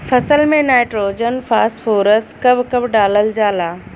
फसल में nitrogen phosphorus कब कब डालल जाला?